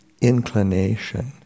inclination